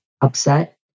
upset